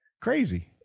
Crazy